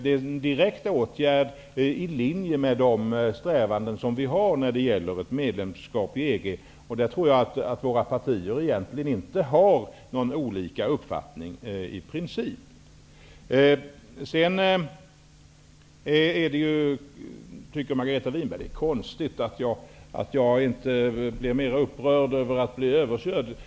Det är en direkt åtgärd i linje med de strävanden vi har när det gäller medlemskap i EG -- där tror jag att partierna egentligen inte har olika uppfattningar i princip. Margareta Winberg tycker att det är konstigt att jag inte blir mera upprörd över att bli överkörd.